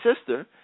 sister